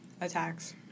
attacks